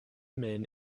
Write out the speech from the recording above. men